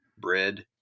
bread